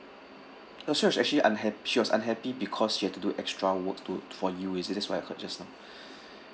so she was actually unha~ she was unhappy because she had to do extra work to for you is it that's what I heard just now